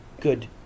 good